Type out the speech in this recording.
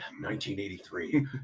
1983